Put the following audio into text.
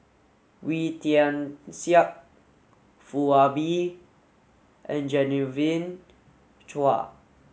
Wee Tian Siak Foo Ah Bee and Genevieve Chua